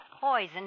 poison